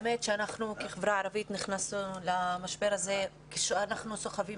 אנחנו כחברה ערבית נכנסנו למשבר הזה כשאנחנו סוחבים